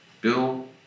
Bill